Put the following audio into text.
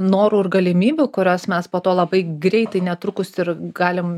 norų ir galimybių kurias mes po to labai greitai netrukus ir galim